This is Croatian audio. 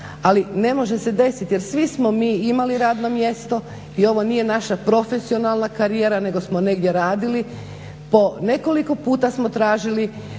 ali ne može se desiti jer svi smo mi imali radno mjesto i ovo nije naša profesionalna karijera nego smo negdje radili. Po nekoliko puta smo tražili